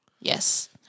Yes